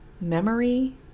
Memory